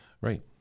Right